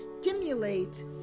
stimulate